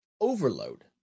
overload